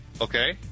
Okay